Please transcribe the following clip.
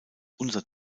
unser